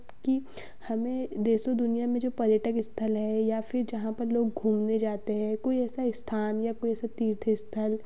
हमें देश और दुनिया में जो पर्यटक स्थल हैं या फिर जहाँ पर लोग घूमने जाते हैं कोई ऐसा स्थान या कोई ऐसा तीर्थ स्थल